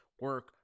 Work